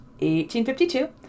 1852